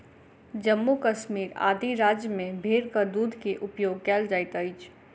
जम्मू कश्मीर आदि राज्य में भेड़क दूध के उपयोग कयल जाइत अछि